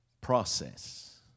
Process